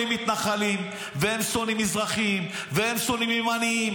שוויוני --- הם שונאים מתנחלים והם שונאים מזרחים והם שונאים ימנים.